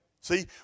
See